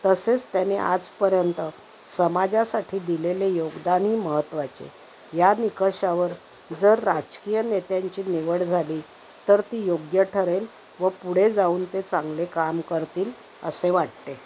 तसेच त्याने आजपर्यंत समाजासाठी दिलेले योगदान ही महत्त्वाचे या निकशावर जर राजकीय नेत्यांची निवड झाली तर ती योग्य ठरेल व पुढे जाऊन ते चांगले काम करतील असे वाटते